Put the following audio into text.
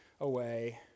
away